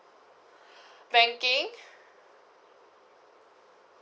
banking